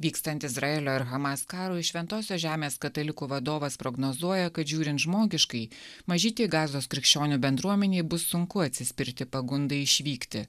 vykstant izraelio ir hamas karui šventosios žemės katalikų vadovas prognozuoja kad žiūrint žmogiškai mažytei gazos krikščionių bendruomenei bus sunku atsispirti pagundai išvykti